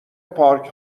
پارک